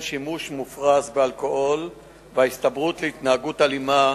שימוש מופרז באלכוהול וההסתברות להתנהגות אלימה